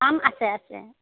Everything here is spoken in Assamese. আম আছে আছে